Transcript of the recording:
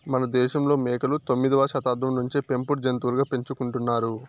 మనదేశంలో మేకలు తొమ్మిదవ శతాబ్దం నుంచే పెంపుడు జంతులుగా పెంచుకుంటున్నారు